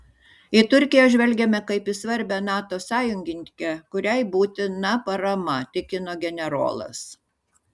į turkiją žvelgiame kaip į svarbią nato sąjungininkę kuriai būtina parama tikino generolas